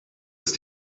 ist